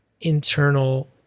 internal